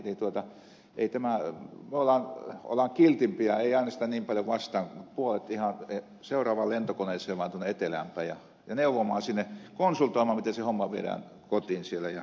me olemme kiltimpiä emme äänestä niin paljon vastaan puolet vaan seuraavaan lentokoneeseen tuonne etelään päin ja neuvomaan sinne konsultoimaan miten se homma viedään kotiin siellä ja talous kuntoon